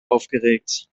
aufgeregt